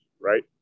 right